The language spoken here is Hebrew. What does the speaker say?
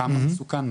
כמה מסוכן,